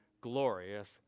glorious